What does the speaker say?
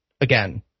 again